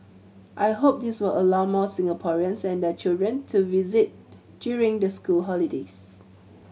I hope this will allow more Singaporeans and their children to visit during the school holidays